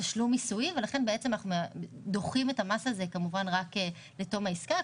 תשלום מיסוי ולכן אנחנו דוחים את המס הזה רק לתום העסקה.